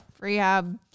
rehab